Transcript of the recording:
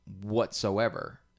whatsoever